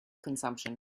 consumption